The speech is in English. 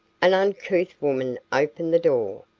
an uncouth woman opened the door.